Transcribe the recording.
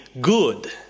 good